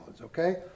okay